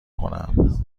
کنم